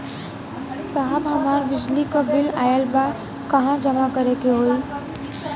साहब हमार बिजली क बिल ऑयल बा कहाँ जमा करेके होइ?